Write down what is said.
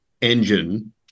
engine